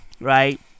right